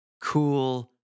cool